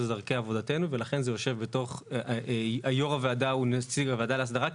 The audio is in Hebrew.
זה דרכי עבודתנו ולכן זה יו"ר הוועדה הוא נציג הוועדה להסדרה,